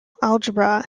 algebra